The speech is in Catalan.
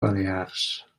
balears